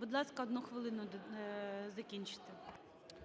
Будь ласка, одну хвилину закінчити. ІЩЕЙКІН К.Є.